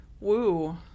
woo